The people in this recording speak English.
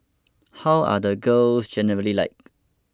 how are the girls generally like